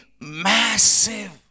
massive